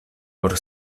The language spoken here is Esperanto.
por